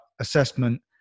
assessment